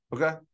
Okay